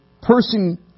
person